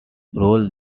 roll